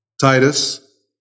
Titus